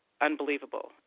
unbelievable